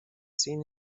seen